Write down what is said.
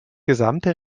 gesamte